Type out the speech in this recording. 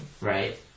right